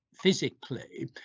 physically